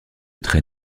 très